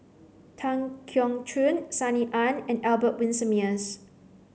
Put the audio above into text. Tan Keong Choon Sunny Ang and Albert Winsemius